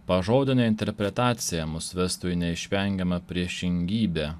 pažodinė interpretacija mus vestų į neišvengiamą priešingybę